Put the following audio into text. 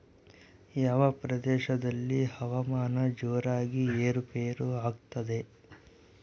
ಯಾವ ಪ್ರದೇಶಗಳಲ್ಲಿ ಹವಾಮಾನ ಜೋರಾಗಿ ಏರು ಪೇರು ಆಗ್ತದೆ?